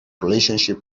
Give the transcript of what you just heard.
relationship